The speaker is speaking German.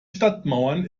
stadtmauern